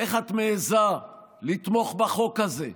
איך את מעיזה לתמוך בחוק הזה?